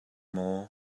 maw